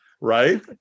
Right